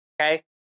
okay